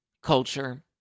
Culture